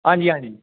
आं जी आं जी